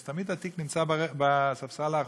אז תמיד התיק נמצא בספסל האחורי,